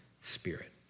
spirit